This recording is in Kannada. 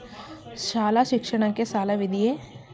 ಶಾಲಾ ಶಿಕ್ಷಣಕ್ಕೆ ಸಾಲವಿದೆಯೇ?